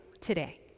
today